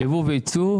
יבוא ויצוא.